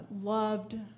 loved